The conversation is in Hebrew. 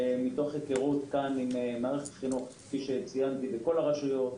מתוך היכרות עם מערכת החינוך בכל הרשויות,